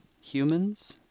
humans